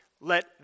let